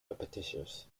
repetitious